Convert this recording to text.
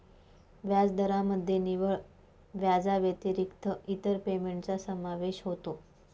व्याजदरामध्ये निव्वळ व्याजाव्यतिरिक्त इतर पेमेंटचा समावेश होतो